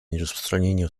нераспространения